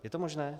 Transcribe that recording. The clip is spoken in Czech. Je to možné?